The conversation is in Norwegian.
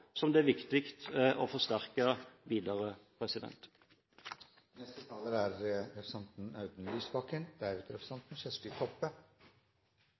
som det er viktig å forsterke videre. Hvorfor er